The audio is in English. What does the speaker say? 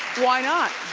why not?